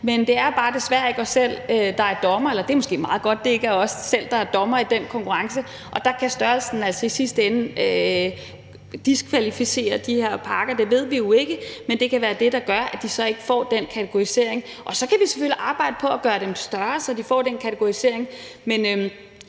men det er bare desværre ikke os selv, der er dommere. Eller det er måske meget godt, at det ikke er os selv, der er dommere i den konkurrence. Men der kan størrelsen altså i sidste ende diskvalificere de her parker. Vi ved det jo ikke endnu, men det kan være det, der gør, at de så ikke får den kategorisering. Så kan vi selvfølgelig arbejde på at gøre dem større, så de får den kategorisering. Men